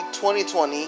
2020